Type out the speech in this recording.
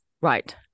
right